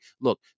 Look